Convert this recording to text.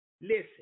Listen